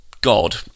God